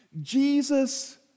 Jesus